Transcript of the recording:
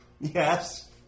Yes